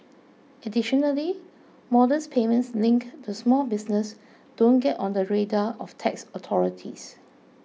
additionally modest payments linked to small business don't get on the radar of tax authorities